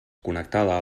connectada